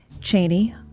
Cheney